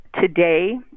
Today